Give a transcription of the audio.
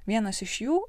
vienas iš jų